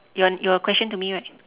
your your question to me right